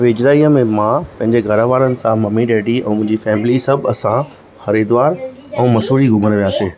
वेझराईअ में मां पंहिंजे घरवारनि सां मम्मी डैडी ऐं मुंहिंजी फ़ैमिली सभु असां हरीद्वार ऐं मंसूरी घूंमण वियासीं